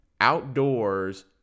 outdoors